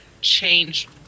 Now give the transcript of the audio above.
change